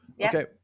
Okay